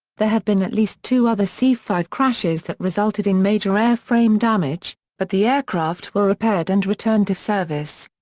there have been at least two other c five crashes that resulted in major airframe damage, but the aircraft were repaired and returned to service.